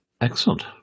Excellent